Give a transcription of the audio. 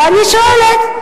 ואני שואלת: